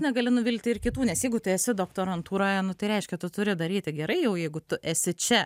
negali nuvilti ir kitų nes jeigu tu esi doktorantūroje nu tai reiškia tu turi daryti gerai jau jeigu tu esi čia